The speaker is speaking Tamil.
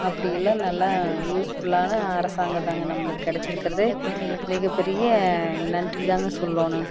அப்படி எல்லாம் நல்லா யூஸ் ஃபுல்லான அரசாங்கம் தாங்க நம்மளுக்கு கிடைச்சிருக்கிறது மிகப்பெரிய நன்றி தாங்க சொல்லணும்